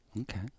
Okay